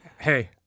Hey